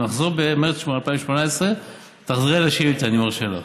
נחזור במרס 2018, תחזרי על השאילתה, אני מרשה לך.